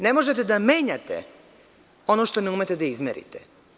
Ne možete da menjate ono što ne umete da izmerite.